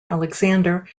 alexander